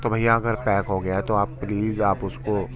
تو بھیا اگر پیک ہو گیا ہے تو آپ پلیز آپ اس کو